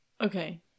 Okay